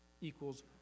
equals